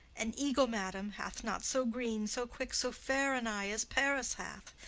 an eagle, madam, hath not so green, so quick, so fair an eye as paris hath.